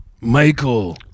Michael